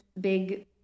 big